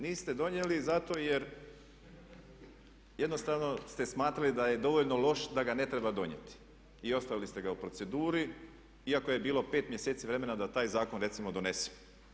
Niste donijeli zato jer jednostavno ste smatrali da je dovoljno loš da ga ne treba donijeti i ostavili ste ga u proceduri, iako je bilo pet mjeseci vremena da taj zakon recimo donesemo.